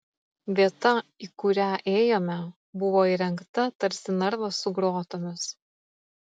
vieta į kurią ėjome buvo įrengta tarsi narvas su grotomis